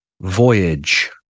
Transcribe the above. Voyage